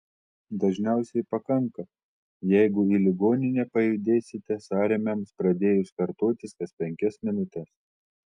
dažniausiai pakanka jeigu į ligoninę pajudėsite sąrėmiams pradėjus kartotis kas penkias minutes